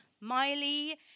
Miley